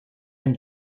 aime